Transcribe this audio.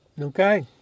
Okay